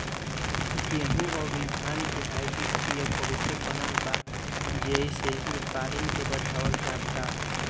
गेंहू अउरी धान के हाईब्रिड बिया बहुते बनल बा जेइसे उत्पादन के बढ़ावल जाता